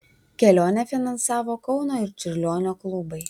kelionę finansavo kauno ir čiurlionio klubai